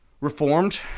Reformed